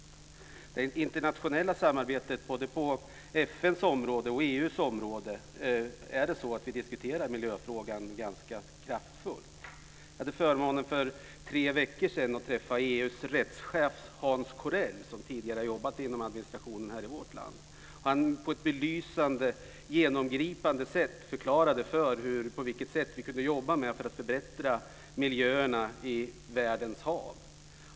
I det internationella samarbetet, både på FN:s område och på EU:s område, har vi diskuterat miljöfrågan ganska kraftfullt. Jag hade förmånen för tre veckor sedan att träffa EU:s rättschef Hans Corell som tidigare har jobbat inom administrationen i vårt land. På ett belysande och genomgripande sätt förklarade han på vilket sätt vi kunde jobba för att förbättra miljöerna i världens hav.